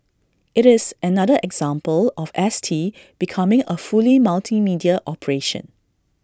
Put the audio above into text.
IT is another example of S T becoming A fully multimedia operation